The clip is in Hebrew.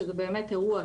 וזה באמת אירוע.